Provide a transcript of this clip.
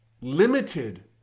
limited